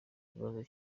kibazo